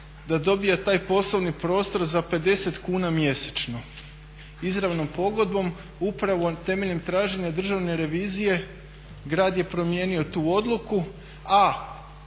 da dobije taj poslovni prostor za 50 kuna mjesečno izravnom pogodbom. Upravo temeljem traženja državne revizije, grad je promijenio tu odluku a